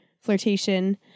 flirtation